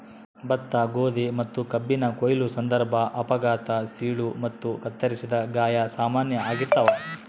ಭತ್ತ ಗೋಧಿ ಮತ್ತುಕಬ್ಬಿನ ಕೊಯ್ಲು ಸಂದರ್ಭ ಅಪಘಾತ ಸೀಳು ಮತ್ತು ಕತ್ತರಿಸಿದ ಗಾಯ ಸಾಮಾನ್ಯ ಆಗಿರ್ತಾವ